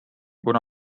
kuna